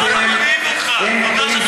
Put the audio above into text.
ואתם, אוי ואבוי.